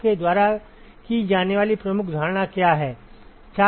आपके द्वारा की जाने वाली प्रमुख धारणा क्या है